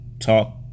talk